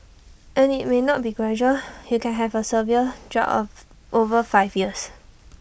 and IT may not be gradual you can have A severe drop over five years